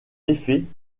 effet